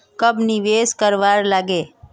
कब निवेश करवार लागे?